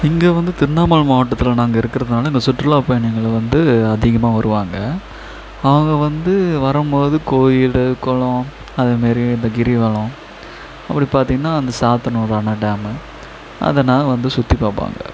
இங்கே வந்து திருண்ணாமலை மாவட்டத்தில் நாங்கள் இருக்கிறதுனால இங்கே சுற்றுலாப் பயணிகள் வந்து அதிகமாக வருவாங்க அவங்க வந்து வரும்போது கோயில் குளம் அதுமாரி இந்த கிரிவலம் அப்படி பார்த்தீங்கன்னா அந்த சாத்தனூர் அணை டேமு அதை நல்லா வந்து சுற்றிப் பார்ப்பாங்க